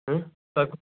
أنٛہٕہ تۄہہِ کُس